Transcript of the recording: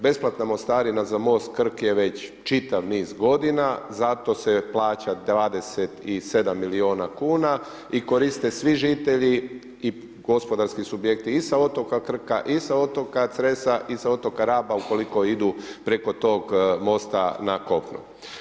Besplatna mostarina za most Krk je već čitav niz godina, zato se plaća 27 miliona kuna i koriste svi žitelji i gospodarski subjekti i sa otoka Krka i sa otoka Cresa i sa otoka Raba ukoliko idu preko tog mosta na kopno.